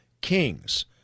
kings